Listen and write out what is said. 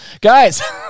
Guys